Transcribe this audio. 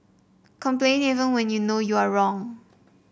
complain even when you know you are wrong